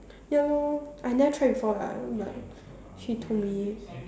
ya lor I never try before lah but she told me